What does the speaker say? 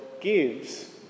gives